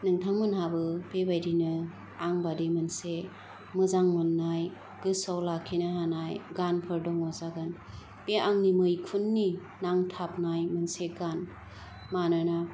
नोंथांमोनहाबो बिबादिनो आं बादि मोनसे मोजां मोननाय गोसोयाव लाखिनो हानाय गानफोर दङ जागोन बे आंनि मैखुननि नांथाबनाय मोनसे गान मानोना